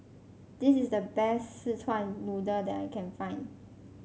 this is the best Szechuan Noodle that I can find